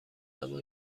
اما